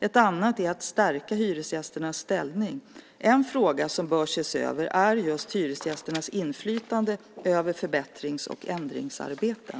Ett annat syfte är att stärka hyresgästernas ställning. En fråga som bör ses över är hyresgästernas inflytande över förbättrings och ändringsarbeten.